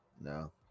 No